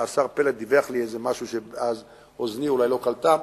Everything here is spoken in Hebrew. השר פלד דיווח לי משהו שאוזני אולי לא קלטה,